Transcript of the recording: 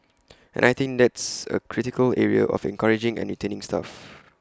and I think that's A critical area of encouraging and retaining staff